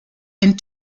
and